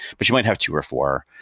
but you might have two or four.